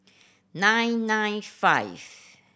nine nine five